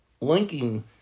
linking